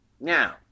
Now